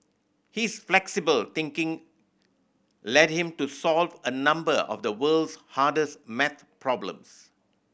his flexible thinking led him to solve a number of the world's hardest maths problems